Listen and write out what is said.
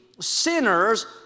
sinners